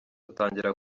atangira